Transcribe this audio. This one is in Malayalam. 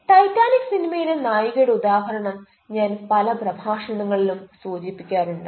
ടൈറ്റാനിക് സിനിമയിലെ നായികയുടെ ഉദാഹരണം ഞാൻ പല പ്രഭാഷണത്തിലും സൂചിപ്പിക്കാറുണ്ട്